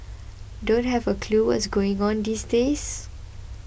don't have a clue what's going on these days